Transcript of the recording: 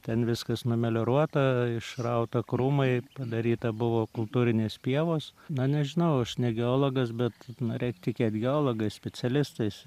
ten viskas numelioruota išrauta krūmai padaryta buvo kultūrinės pievos na nežinau aš ne geologas bet nu reik tikėt geologais specialistais